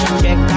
check